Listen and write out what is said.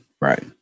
Right